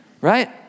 right